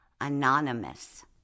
Anonymous